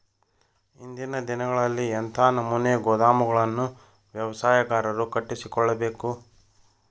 ಇಂದಿನ ದಿನಗಳಲ್ಲಿ ಎಂಥ ನಮೂನೆ ಗೋದಾಮುಗಳನ್ನು ವ್ಯವಸಾಯಗಾರರು ಕಟ್ಟಿಸಿಕೊಳ್ಳಬೇಕು?